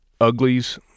uglies